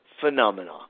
phenomena